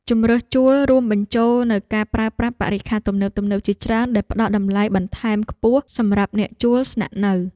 ជម្រើសជួលរួមបញ្ចូលនូវការប្រើប្រាស់បរិក្ខារទំនើបៗជាច្រើនដែលផ្តល់តម្លៃបន្ថែមខ្ពស់សម្រាប់អ្នកជួលស្នាក់នៅ។